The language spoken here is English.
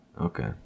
Okay